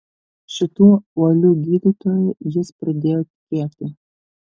šituo uoliu gydytoju jis pradėjo tikėti